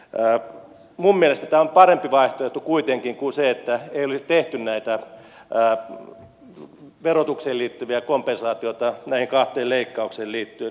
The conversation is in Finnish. minun mielestäni tämä on parempi vaihtoehto kuitenkin kuin se että ei olisi tehty näitä verotukseen liittyviä kompensaatioita näihin kahteen leikkaukseen liittyen